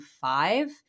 five